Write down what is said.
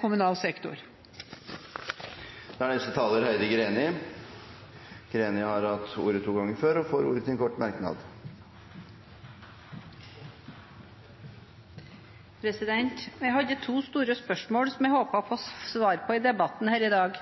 kommunal sektor. Representanten Heidi Greni har hatt ordet to ganger tidligere og får ordet til en kort merknad, begrenset til 1 minutt. Jeg hadde to store spørsmål som jeg håpet å få svar på i debatten her i dag.